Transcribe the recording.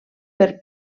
per